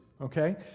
okay